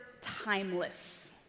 timeless